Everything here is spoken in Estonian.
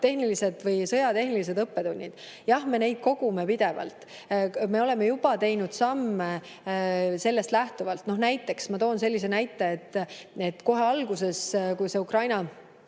räägi. Ukraina sõja tehnilised õppetunnid. Jah, me neid kogume pidevalt. Me oleme juba teinud samme sellest lähtuvalt. Ma toon sellise näite. Kohe alguses, kui see Ukraina